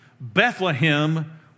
Bethlehem